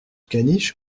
caniche